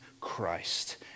Christ